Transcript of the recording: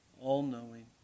all-knowing